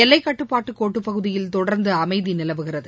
எல்லைக்கட்டுப்பாட்டுக் கோட்டு பகுதியில் தொடர்ந்து அமைதி நிலவுகிறது